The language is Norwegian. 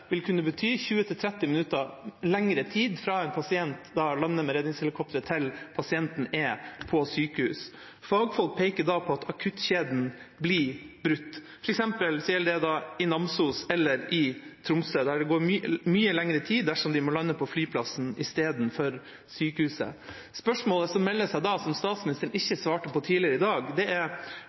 vil kunne bety 20 til 30 minutter lengre tid fra en pasient lander med redningshelikopteret til pasienten er på sykehus. Fagfolk peker på at akuttkjeden da blir brutt. For eksempel gjelder det i Namsos og i Tromsø, der det går mye lengre tid dersom de må lande på flyplassen i stedet for på sykehuset. Spørsmålet som melder seg da, og som statsministeren ikke svarte på tidligere i dag, er hva regjeringa synes er